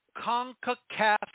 CONCACAF